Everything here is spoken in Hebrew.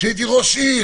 כשהייתי ראש עיר,